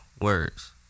words